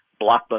blockbuster